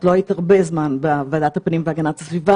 לא היית הרבה זמן בוועדת הפנים והגנת הסביבה,